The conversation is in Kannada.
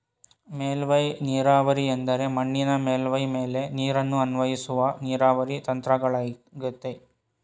ಮೇಲ್ಮೈ ನೀರಾವರಿ ಎಂದರೆ ಮಣ್ಣಿನ ಮೇಲ್ಮೈ ಮೇಲೆ ನೀರನ್ನು ಅನ್ವಯಿಸುವ ನೀರಾವರಿ ತಂತ್ರಗಳಗಯ್ತೆ